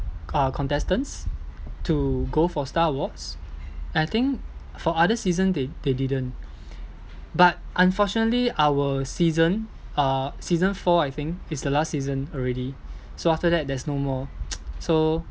uh contestants to go for star awards I think for other season they they didn't but unfortunately our season uh season four I think is the last season already so after that there's no more so